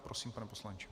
Prosím, pane poslanče.